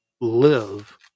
live